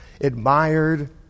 admired